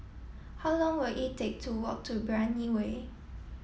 how long will it take to walk to Brani Way